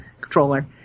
controller